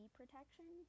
protection